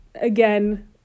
again